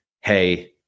Hey